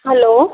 hello